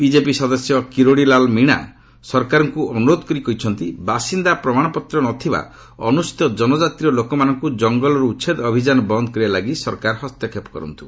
BJP ସଦସ୍ୟ କିରୋଡିଲାଲ୍ ମିଶା ସରକାରଙ୍କୁ ଅନୁରୋଧ କରି କହିଛନ୍ତି ବାସିନ୍ଦା ପ୍ରମାଣପତ୍ର ନଥିବା ଅନୁସୂଚିତ ଜନଜାତିର ଲୋକମାନଙ୍କୁ ଜଙ୍ଗଲରୁ ଉଚ୍ଛେଦ ଅଭିଯାନ ବନ୍ଦ୍ କରିବା ଲାଗି ସରକାର ହସ୍ତକ୍ଷେପ କରନ୍ତୁ